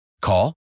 Call